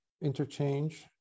interchange